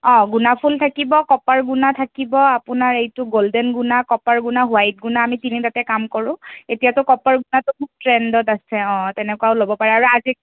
অঁ গুণা ফুল থাকিব কপাৰ গুণা থাকিব আপোনাৰ এইটো গ'ল্ডেন গুণা কপাৰ গুণনা হোৱাইট গুণা আমি তিনিটাতে কাম কৰোঁ এতিয়াতো কপাৰ গুণাটো খুব ট্ৰেণ্ডত আছে অঁ তেনেকুৱাও ল'ব পাৰে আৰু আজি